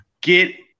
get